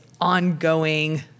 ongoing